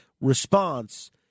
response